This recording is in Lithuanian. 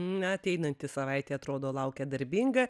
na ateinanti savaitė atrodo laukia darbinga